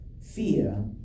fear